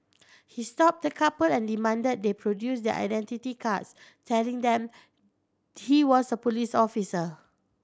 he stopped the couple and demanded they produce their identity cards telling them he was a police officer